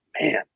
man